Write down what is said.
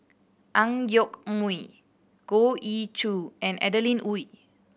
Ang Yoke Mooi Goh Ee Choo and Adeline Ooi